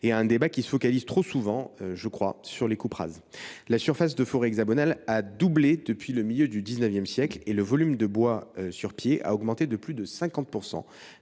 Le débat se focalise trop souvent, à mon sens, sur les coupes rases. La surface de forêt hexagonale a doublé depuis le milieu du XIX siècle, et le volume de bois sur pied a augmenté de plus de 50